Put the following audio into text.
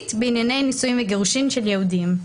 בענייני נישואים וגירושים של יהודיים.